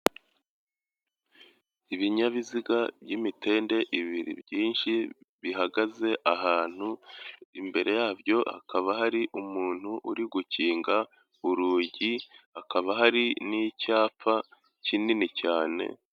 Ibinyabiziga by'imitende ibiri byinshi bihagaze ahantu. Imbere yabyo hakaba hari umuntu uri gukinga urugi hakaba hari n'icyapa kinini cyane.